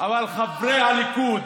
אבל חברי הליכוד,